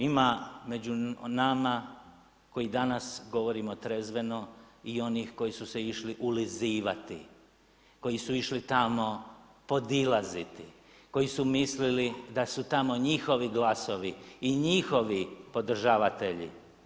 Ima među nama koji danas govorimo trezveno i onih koji su se išli ulizivati, koji su išli tamo podilaziti, koji su mislili da su tamo njihovi glasovi i njihovi podržavatelji.